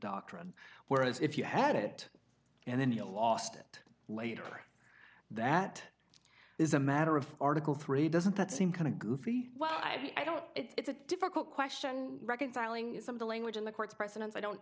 doctrine whereas if you had it and then you lost it later that is a matter of article three doesn't that seem kind of goofy well i don't it's a difficult question reconciling some of the language in the court's precedents i don't